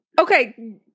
Okay